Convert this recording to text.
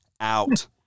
out